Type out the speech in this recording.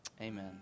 Amen